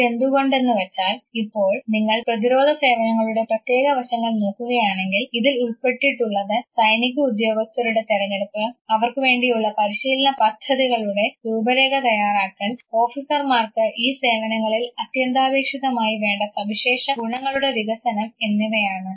ഇതെന്തുകൊണ്ട് എന്നുവച്ചാൽ ഇപ്പോൾ നിങ്ങൾ പ്രതിരോധ സേവനങ്ങളുടെ പ്രത്യേക വശങ്ങൾ നോക്കുകയാണെങ്കിൽ ഇതിൽ ഉൾപ്പെട്ടിട്ടുള്ളത് സൈനിക ഉദ്യോഗസ്ഥരുടെ തെരഞ്ഞെടുപ്പ് അവർക്കുവേണ്ടിയുള്ള പരിശീലന പദ്ധതികളുടെ രൂപരേഖ തയ്യാറാക്കൽ ഓഫീസർമാർക്ക് ഈ സേവനങ്ങളിൽ അത്യന്താപേക്ഷിതമായി വേണ്ട സവിശേഷ ഗുണങ്ങളുടെ വികസനം എന്നിവയാണ്